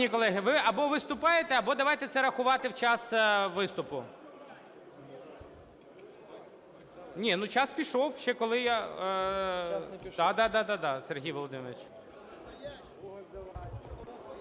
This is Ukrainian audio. Шановні колеги, ви або виступаєте, або давайте це рахувати в час виступу. Ні, час пішов, ще коли я… Да, да, да, Сергій Володимирович.